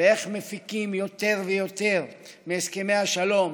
באיך מפיקים יותר ויותר מהסכמי השלום